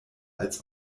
als